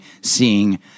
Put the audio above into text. seeing